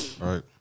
Right